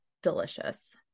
Delicious